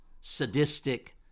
sadistic